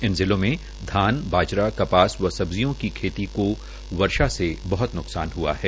इन जिलों में धान बाजरा कपास व सब्जियों की खेती को वर्षा से बहुत नुकसान ह्आ है